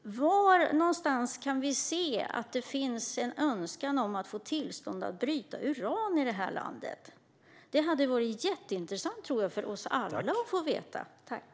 Var kan vi se att det finns en önskan att få tillstånd att bryta uran i det här landet? Det hade varit jätteintressant för oss alla att få veta, tror jag.